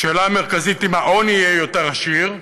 השאלה המרכזית היא אם העוני יותר עשיר,